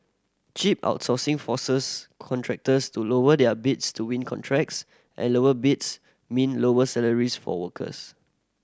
cheap outsourcing forces contractors to lower their bids to win contracts and lower bids mean lower salaries for workers